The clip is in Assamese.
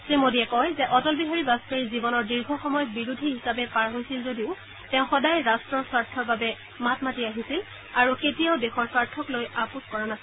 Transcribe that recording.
শ্ৰীমোডীয়ে কয় যে অটল বিহাৰী বাজপেয়ীৰ জীৱনৰ দীৰ্ঘসময় বিৰোধী হিচাপে পাৰ হৈছিল যদিও তেওঁ সদায় ৰাট্টীয় স্বাৰ্থৰ বাবে মাত মাতিছিল আৰু কেতিয়াও দেশৰ স্বাৰ্থক লৈ আপোচ কৰা নাছিল